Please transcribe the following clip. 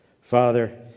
Father